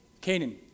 Canaan